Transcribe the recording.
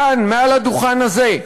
כאן, מעל הדוכן הזה,